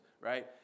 right